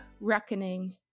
Reckoning